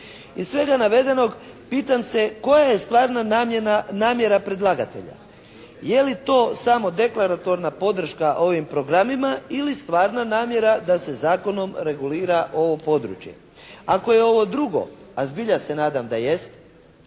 Iz svega navedenog pitam se koja je stvarna namjera predlagatelja. Je li to samo deklaratorna podrška ovim programima ili stvarno namjera da se zakonom regulira ovo područje. Ako je ovo drugo a zbilja se nadam da jest